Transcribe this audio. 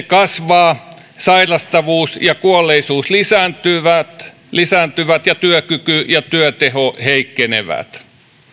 kasvavat sairastavuus ja kuolleisuus lisääntyvät lisääntyvät ja työkyky ja työteho heikkenevät